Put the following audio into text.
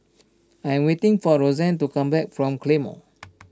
I am waiting for Roseanne to come back from the Claymore